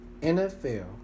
NFL